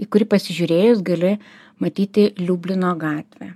į kurį pasižiūrėjus gali matyti liublino gatvę